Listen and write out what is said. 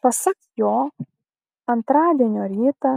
pasak jo antradienio rytą